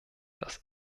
das